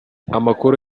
amakuru